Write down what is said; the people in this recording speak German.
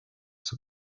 zur